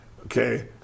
Okay